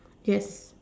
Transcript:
yes